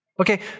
Okay